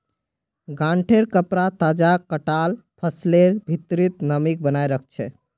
गांठेंर कपडा तजा कटाल फसलेर भित्रीर नमीक बनयें रखे छै